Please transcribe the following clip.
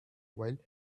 while